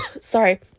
Sorry